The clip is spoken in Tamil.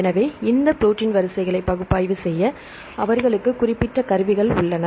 எனவே இந்த ப்ரோடீன் வரிசைகளை பகுப்பாய்வு செய்ய அவர்களுக்கு குறிப்பிட்ட கருவிகள் உள்ளன